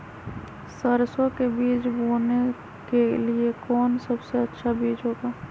सरसो के बीज बोने के लिए कौन सबसे अच्छा बीज होगा?